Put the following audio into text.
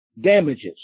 damages